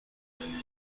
and